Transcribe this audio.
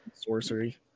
sorcery